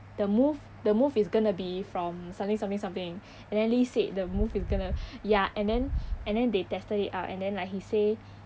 the move the move is gonna be from something something something and then lee said the move is gonna ya and then and then they tested it out and then like he say